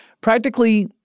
Practically